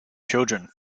children